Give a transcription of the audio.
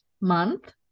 month